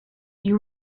you